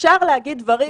אפשר להגיד דברים,